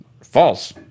False